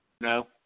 No